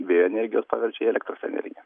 vėjo energijos paverčia į elektros energiją